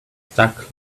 stuck